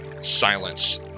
silence